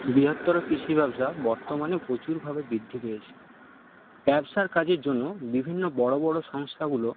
বৃহত্তর কৃষি ব্যবসা বর্তমানে প্রচুরভাবে বৃদ্ধি পেয়েছে ব্যবসার কাজের জন্য বিভিন্ন বড়ো বড়ো সংস্থাগুলো